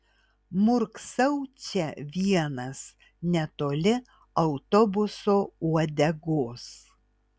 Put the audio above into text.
murksau čia vienas netoli autobuso uodegos